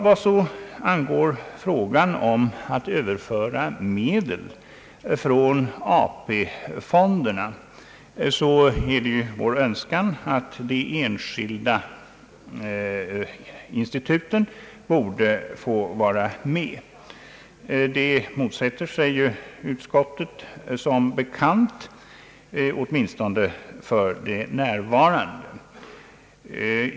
Vad så angår frågan om att överföra medel från AP-fonden, är det vår önskan att de enskilda instituten borde få vara med. Det motsätter sig utskottet som bekant, åtminstone för närvarande.